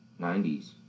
90s